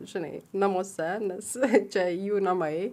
žinai namuose nes čia jų namai